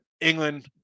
England